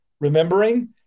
remembering